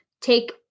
take